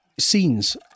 Scenes